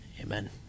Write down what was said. Amen